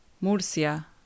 Murcia